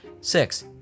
six